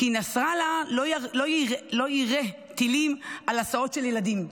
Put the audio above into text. כי נסראללה לא יירה טילים על הסעות של ילדים.